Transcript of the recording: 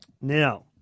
Now